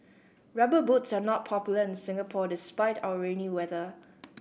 Rubber Boots are not popular in Singapore despite our rainy weather